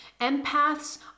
Empaths